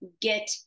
get